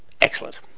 Excellent